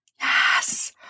Yes